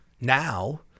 Now